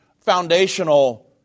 foundational